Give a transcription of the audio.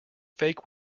fake